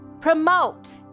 promote